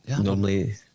Normally